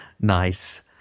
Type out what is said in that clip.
nice